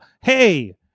hey